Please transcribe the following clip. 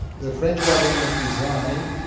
the french government resigned.